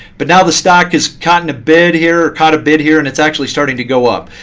but now the stock is caught in a bid here, caught a bid here, and it's actually starting to go up.